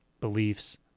beliefs